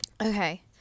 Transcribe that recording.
Okay